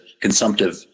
consumptive